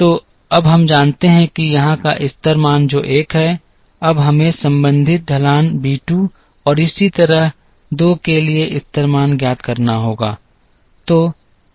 तो अब हम जानते हैं कि यहाँ का स्तर मान जो 1 है अब हमें संबंधित ढलान b 2 और इसी तरह 2 के लिए स्तर मान ज्ञात करना होगा